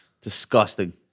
Disgusting